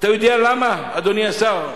אתה יודע למה, אדוני השר?